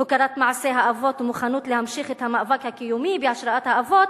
הוקרת מעשה האבות ומוכנות להמשיך את המאבק הקיומי בהשראת האבות,